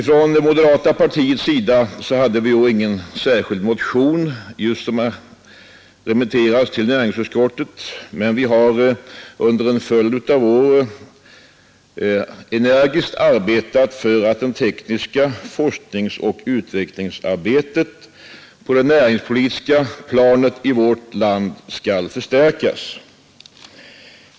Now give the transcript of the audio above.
Från moderata partiets sida hade vi i år ingen särskild motion på denna punkt, men vi har under en följd av år energiskt arbetat för att det tekniska forskningsoch utvecklingsarbetet på det näringspolitiska planet i vårt land skall förstärkas.